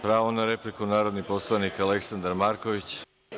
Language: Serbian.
Pravo na repliku, narodni poslanik Aleksandar Marković.